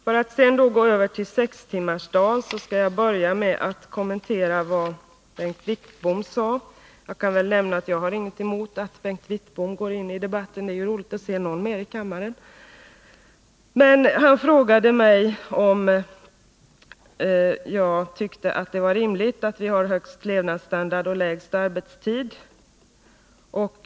Då jag härefter nu går över till att tala om sextimmarsdagen skall jag börja med att kommentera det Bengt Wittbom sade. Jag har inget emot att Bengt Wittbom går in i debatten — det är roligt att se någon mer i kammaren. Han frågade mig om jag tyckte det var rimligt att vi har den högsta levnadsstandarden och den lägsta arbetstiden i världen.